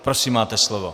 Prosím, máte slovo.